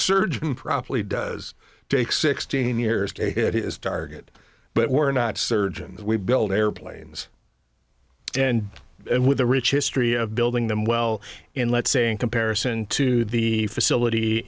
surgeon probably does take sixteen years it is target but we're not surgeons we build airplanes and and with a rich history of building them well in let's say in comparison to the facility